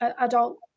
adult